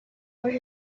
where